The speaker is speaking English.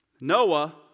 Noah